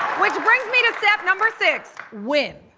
which brings me to step number six, win.